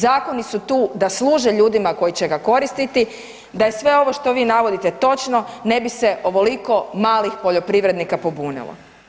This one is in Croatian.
Zakoni su da služe ljudima koji će ga koristiti, da je sve ovo što vi navodite točno ne bi se ovoliko malih poljoprivrednika pobunilo.